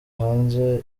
hanze